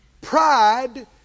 Pride